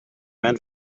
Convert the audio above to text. man